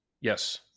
yes